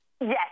Yes